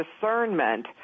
discernment